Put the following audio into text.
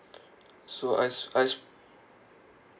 so I I